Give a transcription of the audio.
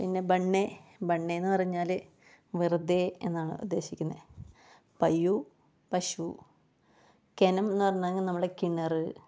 പിന്നെ ബണ്ണെ ബണ്ണെന്നു പറഞ്ഞാല് വെറുതെ എന്നാണ് ഉദ്ദേശിക്കുന്നത് പയ്യു പശു കെനം എന്ന് പറഞ്ഞെങ്കിൽ നമ്മുടെ കിണറ്